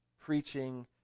preaching